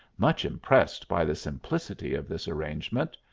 much impressed by the simplicity of this arrangement.